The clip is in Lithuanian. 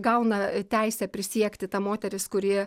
gauna teisę prisiekti ta moteris kuri